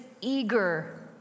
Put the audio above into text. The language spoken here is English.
eager